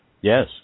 Yes